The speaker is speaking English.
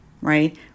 right